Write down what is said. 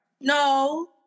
No